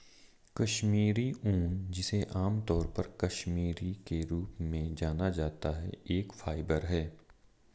कश्मीरी ऊन, जिसे आमतौर पर कश्मीरी के रूप में जाना जाता है, एक फाइबर है